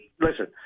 Listen